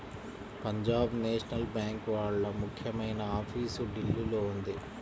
Punjab national bank వాళ్ళ ముఖ్యమైన office ఢిల్లీలో ఉంది